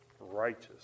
Righteous